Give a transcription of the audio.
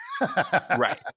Right